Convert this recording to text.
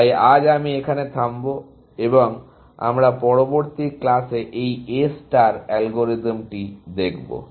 তাই আজ আমি এখানে থামব এবং আমরা পরবর্তী ক্লাসে এই A স্টার অ্যালগরিদমটি দেখবো